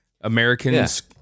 Americans